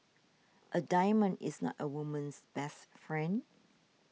a diamond is not a woman's best friend